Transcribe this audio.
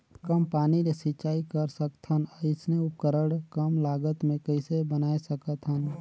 कम पानी ले सिंचाई कर सकथन अइसने उपकरण कम लागत मे कइसे बनाय सकत हन?